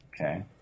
Okay